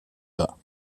bas